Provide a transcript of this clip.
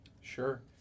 Sure